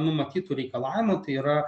numatytų reikalavimų tai yra